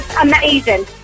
amazing